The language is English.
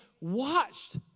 watched